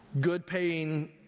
good-paying